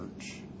church